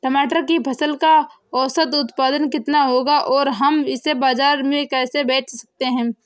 टमाटर की फसल का औसत उत्पादन कितना होगा और हम इसे बाजार में कैसे बेच सकते हैं?